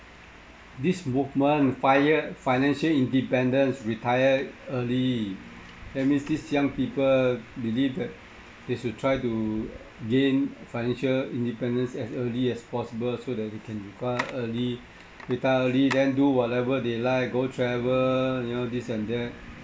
this movement five year financial independence retire early that means these young people believe that they should try to gain financial independence as early as possible so that they can retire early retire early then do whatever they like go travel you know this and that